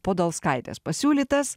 podolskaitė pasiūlytas